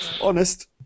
Honest